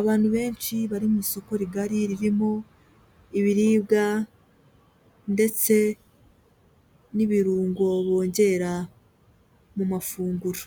Abantu benshi bari mu isoko rigari, ririmo ibiribwa ndetse n'ibirungo bongera mu mafunguro,